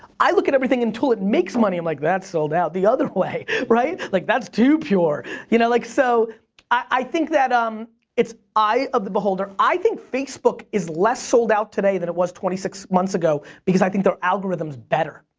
i look at everything until it makes money. i'm like that's sold out, the other way, right? like that's too pure. you know like so i think that um it's eye of the beholder. i think facebook is less sold out today than it was twenty six months ago. because i think their algorithm's better,